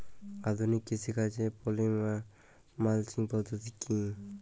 আধুনিক কৃষিকাজে poly mulching পদ্ধতি কি?